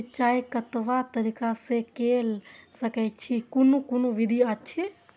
सिंचाई कतवा तरीका स के कैल सकैत छी कून कून विधि अछि?